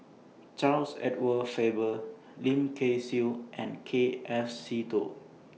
Charles Edward Faber Lim Kay Siu and K F Seetoh